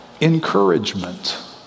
encouragement